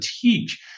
teach